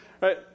Right